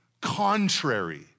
contrary